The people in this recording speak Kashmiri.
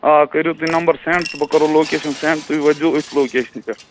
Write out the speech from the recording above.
آ کٔرِو تُہۍ نمبر سٮ۪نٛڈ تہٕ بہٕ کَرہو لوکیٚش سٮ۪نٛڈ تُہۍ وٲتۍزیٚو أتھۍ لوکیٚشنہِ پٮ۪ٹھ